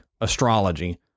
astrology